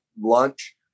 lunch